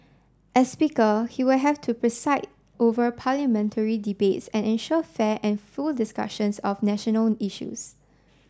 as speaker he will have to preside over parliamentary debates and ensure fair and full discussions of national issues